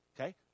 Okay